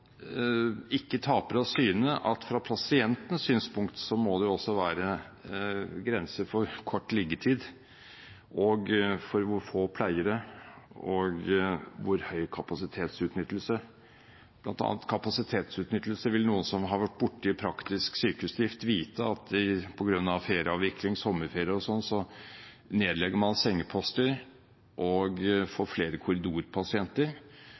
ikke taper av syne at fra pasientens synspunkt må det også være grenser for hvor kort liggetid det skal være, for hvor få pleiere det skal være, og for hvor høy kapasitetsutnyttelse det skal være. Når det gjelder kapasitetsutnyttelse, vil de som har vært borti praktisk sykehusdrift vite at på grunn av ferieavvikling, sommerferie og slikt nedlegger man sengeposter og får flere korridorpasienter.